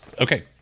Okay